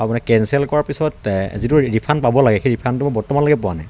অঁ আপোনাৰ কেনচেল কৰাৰ পিছত যিটো ৰিফাণ্ড পাব লাগে সেই ৰিফাণ্ডটো মই বৰ্তমানলৈকে পোৱা নাই